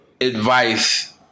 advice